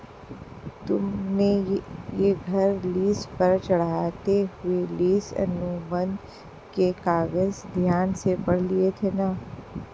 तुमने यह घर लीस पर चढ़ाते हुए लीस अनुबंध के कागज ध्यान से पढ़ लिए थे ना?